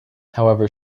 however